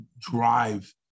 drive